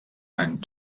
ein